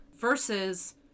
versus